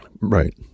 right